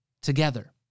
together